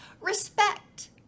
Respect